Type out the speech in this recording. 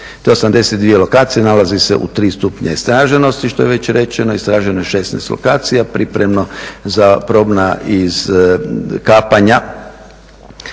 Te 82 lokacije nalaze se u 3 stupnja istraženosti što je već rečeno, istraženo je 16 lokacija pripremno za probna iskapanja